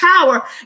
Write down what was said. power